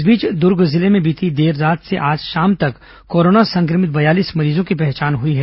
इस बीच दूर्ग जिले में बीती देर रात से आज शाम तक कोरोना संक्रमित बयालीस मरीजों की पहचान हई है